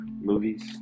movies